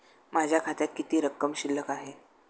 माझ्या खात्यात किती रक्कम शिल्लक आहे?